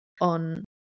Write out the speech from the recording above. on